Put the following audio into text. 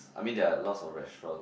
I mean there are lots of restaurant